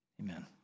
Amen